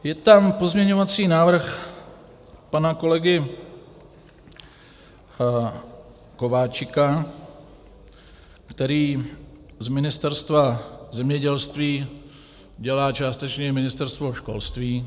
Je tam pozměňovací návrh pana kolegy Kováčika, který z Ministerstva zemědělství dělá částečně i Ministerstvo školství.